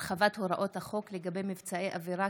(הרחבת הוראות החוק לגבי מבצעי עבירה